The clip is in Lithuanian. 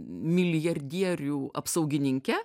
milijardierių apsaugininke